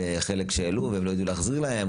לחלק שהעלו והם לא ידעו להחזיר להם,